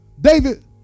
David